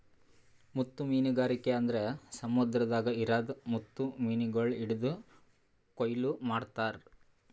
ಮುತ್ತು ಮೀನಗಾರಿಕೆ ಅಂದುರ್ ಸಮುದ್ರದಾಗ್ ಇರದ್ ಮುತ್ತು ಮೀನಗೊಳ್ ಹಿಡಿದು ಕೊಯ್ಲು ಮಾಡ್ತಾರ್